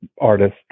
artist